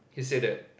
he said that